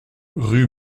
rue